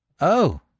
Oh